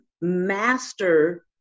master